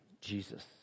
Jesus